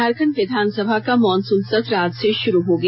झारखंड विधानसभा का मॉनसून सत्र आज से शुरू हो गया